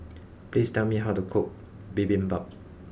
please tell me how to cook Bibimbap